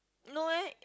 no eh